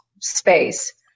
space